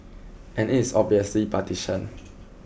and is obviously partisan